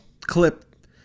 clip